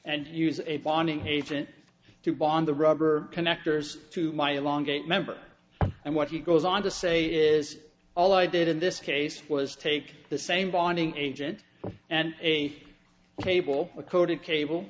and use a bonding agent to bond the rubber connectors to my elongate member and what he goes on to say is all i did in this case was take the same bonding agent and a cable coated cable